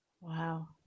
Wow